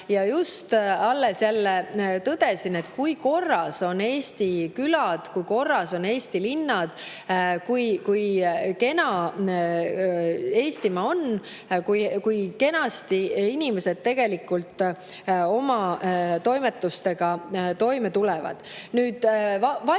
Just alles jälle tõdesin, kui korras on Eesti külad, kui korras on Eesti linnad, kui kena Eestimaa on, kui kenasti inimesed tegelikult oma toimetustega toime tulevad. Valitsuse